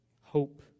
hope